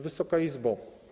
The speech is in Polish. Wysoka Izbo!